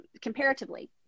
comparatively